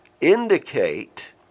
indicate